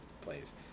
plays